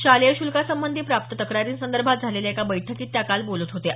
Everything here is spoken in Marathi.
शालेय शुल्कासंबंधी प्राप्त तक्रारींसंदर्भात झालेल्या एका बैठकीत त्या काल बोलत होत्या